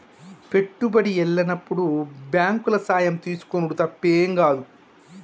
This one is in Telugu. పెట్టుబడి ఎల్లనప్పుడు బాంకుల సాయం తీసుకునుడు తప్పేం గాదు